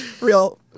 Real